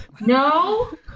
no